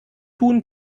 tun